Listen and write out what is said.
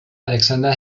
alexander